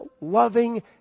loving